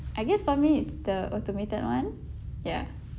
I guess for me the automated one ya